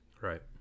Right